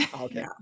Okay